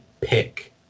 pick